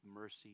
mercy